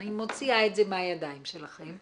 אני מוציאה את זה מהידיים שלכם,